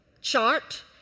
chart